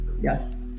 Yes